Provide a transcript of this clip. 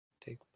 take